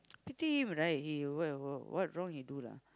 pity him right he w~ wh~ what wrong he do lah